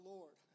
Lord